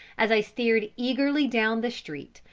as i stared eagerly down the street,